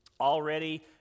already